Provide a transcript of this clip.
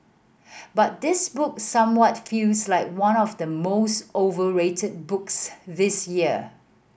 but this book somewhat feels like one of the most overrated books this year